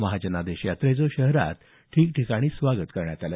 महाजनादेश यात्रेचं शहरात ठिकठिकाणी स्वागत करण्यात आलं